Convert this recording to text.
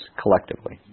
collectively